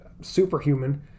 superhuman